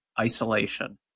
isolation